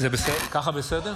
ככה בסדר?